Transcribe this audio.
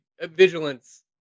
vigilance